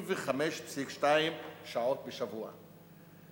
45.2 שעות בשבוע.